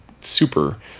super